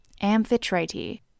Amphitrite